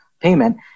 payment